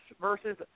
versus